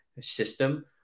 system